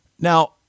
now